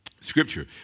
Scripture